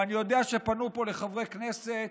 ואני יודע שפנו לחברי כנסת.